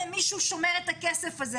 מישהו שומר את הכסף הזה,